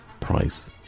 Price